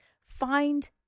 find